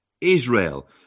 Israel